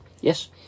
Yes